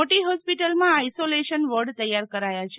મોટી હોસ્પિટલમાં isolation ward તૈયાર કરાયા છે